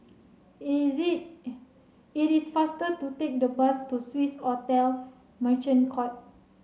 is it it is faster to take the bus to Swissotel Merchant Court